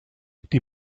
die